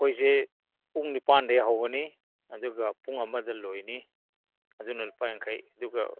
ꯑꯩꯈꯣꯏꯁꯦ ꯄꯨꯡ ꯅꯤꯄꯥꯟꯗꯒꯤ ꯍꯧꯒꯅꯤ ꯑꯗꯨꯒ ꯄꯨꯡ ꯑꯃꯗ ꯂꯣꯏꯅꯤ ꯑꯗꯨꯅ ꯂꯨꯄꯥ ꯌꯥꯡꯈꯩ ꯑꯗꯨꯒ